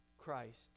Christ